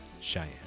Cheyenne